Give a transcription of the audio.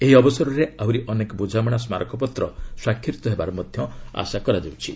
ଏହି ଅବସରରେ ଆହୁରି ଅନେକ ବୁଝାମଣା ସ୍କାରକପତ୍ର ସ୍ୱାକ୍ଷରିତ ହେବାର ମଧ୍ୟ ଆଶା କରାଯାଉଛି